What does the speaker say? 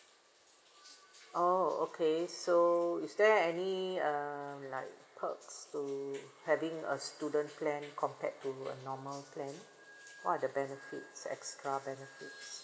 oh okay so is there any uh like perks to having a student plan compared to a normal plan what are the benefits extra benefits